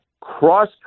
cross